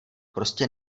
prostě